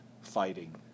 fighting